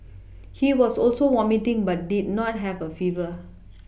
he was also vomiting but did not have a fever